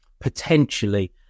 potentially